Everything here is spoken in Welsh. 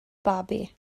babi